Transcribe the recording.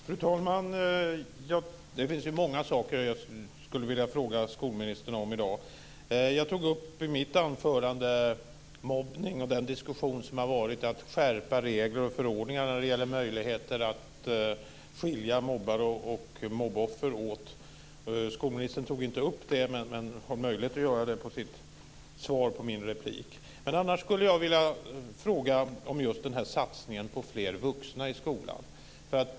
Fru talman! Det finns många saker som jag skulle vilja fråga skolministern om i dag. Jag tog i mitt anförande upp mobbningen och den diskussion som har förts om att skärpa regler och förordningar när det gäller möjligheterna att skilja mobbare och mobboffer åt. Skolministern tog inte upp det, men hon har möjlighet att göra det som svar på min replik. Jag skulle vilja fråga om just satsningen på fler vuxna i skolan.